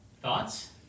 Thoughts